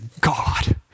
God